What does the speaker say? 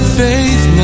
faith